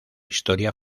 historia